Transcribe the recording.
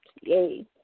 Yay